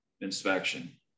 inspection